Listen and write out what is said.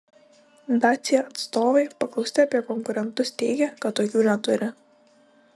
dacia atstovai paklausti apie konkurentus teigia kad tokių neturi